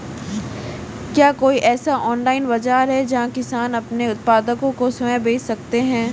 क्या कोई ऐसा ऑनलाइन बाज़ार है जहाँ किसान अपने उत्पादकों को स्वयं बेच सकते हों?